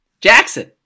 Jackson